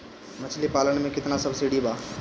मछली पालन मे केतना सबसिडी बा?